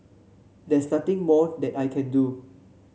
there's nothing more that I can do